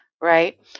right